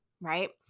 right